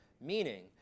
meaning